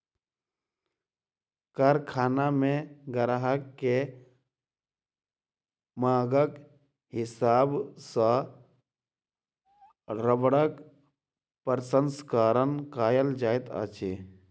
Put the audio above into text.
कारखाना मे ग्राहक के मांगक हिसाब सॅ रबड़क प्रसंस्करण कयल जाइत अछि